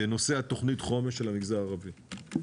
נושא תכנית חומש במגזר הערבי,